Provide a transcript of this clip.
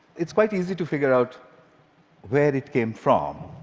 it's quite easy to figure out where it came from.